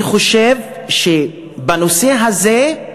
אני חושב שבנושא הזה,